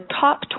top